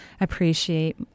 appreciate